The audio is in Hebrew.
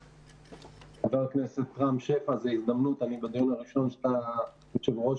חבר הכנסת רם שפע, אני בדיון הראשון שאתה יושב-ראש